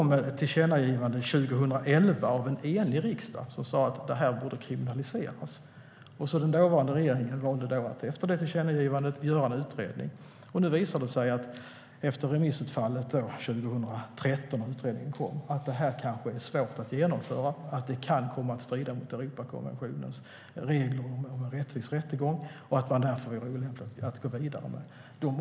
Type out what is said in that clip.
Det kom ett tillkännagivande av en enig riksdag 2011 som sa att detta borde kriminaliseras, och den dåvarande regeringen valde att göra en utredning. När utredningen kom 2013 efter remissutfallet visade det sig att det kanske är svårt att genomföra eftersom det kan strida mot Europakonventionens regler om rättvis rättegång och att det därför är olämpligt att gå vidare med det.